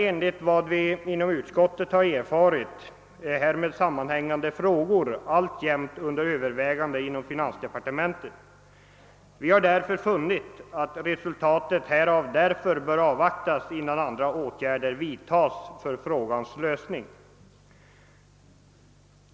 Enligt vad vi inom utskottet erfarit är emellertid härmed sammanhängande frågor alltjämt under övervägande inom kommunikationsdepartementet. Vi har funnit att resultatet av dessa överväganden bör avvaktas innan andra åtgärder vidtas till frågans lösning.